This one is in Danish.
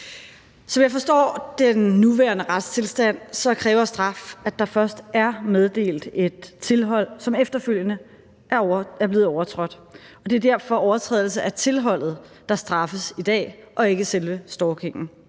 Som jeg forstår den nuværende retstilstand, kræver straf, at der først er meddelt et tilhold, som efterfølgende er blevet overtrådt. Det er derfor overtrædelse af tilholdet, der straffes i dag, og ikke selve stalkingen.